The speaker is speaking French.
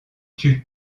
tuent